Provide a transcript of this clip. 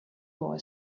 boy